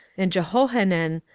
and jehohanan,